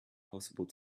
possible